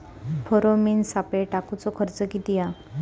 Pheromone सापळे टाकूचो खर्च किती हा?